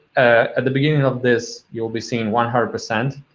at the beginning of this you'll be seeing one hundred percent